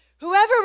Whoever